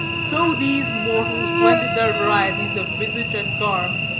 so these mortals blended their varieties of visage and garb.